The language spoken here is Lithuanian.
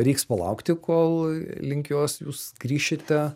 reiks palaukti kol link jos jūs grįšite